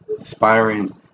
aspiring